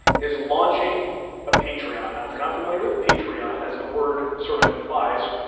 is launching a patreon. and if you're not familiar with patreon, as the word sort of implies,